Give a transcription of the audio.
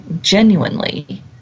genuinely